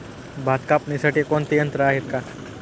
भात कापणीसाठी कोणते यंत्र आहेत का?